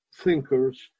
thinkers